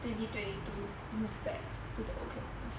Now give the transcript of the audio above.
twenty twenty to move back to the old campus